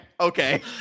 okay